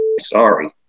sorry